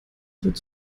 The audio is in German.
wird